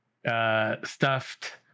Stuffed